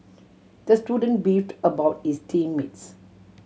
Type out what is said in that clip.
the student beefed about his team mates